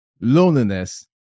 loneliness